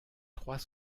trois